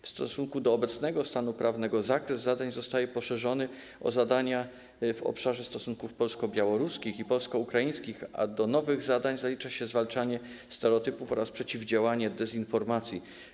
W stosunku do obecnego stanu prawnego zakres zadań zostaje poszerzony o zadania w obszarze stosunków polsko-białoruskich i polsko-ukraińskich, a do nowych zadań zalicza się zwalczanie stereotypów oraz przeciwdziałanie dezinformacji.